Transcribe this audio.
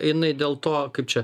inai dėl to kaip čia